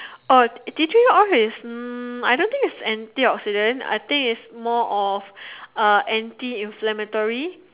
oh tea tree oil is mm I don't think is anti oxidant I think it's more of uh anti inflammatory